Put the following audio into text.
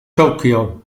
tokyo